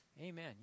Amen